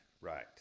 right